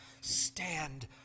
stand